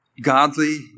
godly